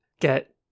get